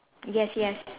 yes yes